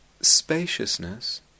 Spaciousness